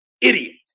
idiot